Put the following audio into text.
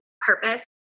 purpose